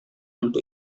untuk